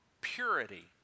purity